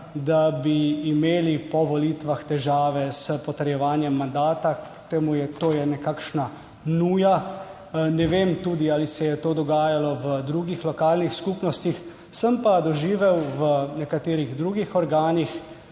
da bi imeli po volitvah težave s potrjevanjem mandata. To je nekakšna nuja. Ne vem niti, ali se je to dogajalo v drugih lokalnih skupnostih, sem pa doživel v nekaterih drugih organih